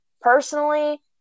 Personally